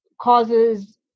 Causes